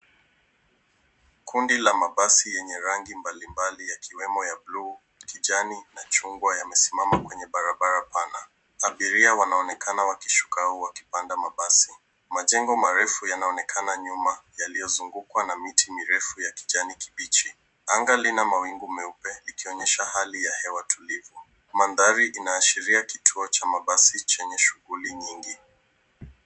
Kundi la mabasi yenye rangi mbalimbali yakiwemo ya buluu, kijani na chungwa yamesimama kwenye barabara pana. Abiria wanaonekana wakishuka au wakipanda mabasi. Majengo marefu yanaonekana nyuma, yaliyozungukwa na miti mirefu ya kijani kibichi. Anga lina mawingu meupe likionyesha hali ya hewa tulivu. Mandhari inaashiria kituo cha mabasi chenye shughuli nyingi.